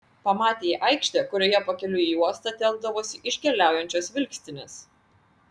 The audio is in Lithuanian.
pamatė aikštę kurioje pakeliui į uostą telkdavosi iškeliaujančios vilkstinės